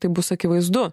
tai bus akivaizdu